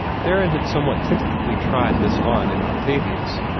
theron had somewhat tentatively tried this on in octavius.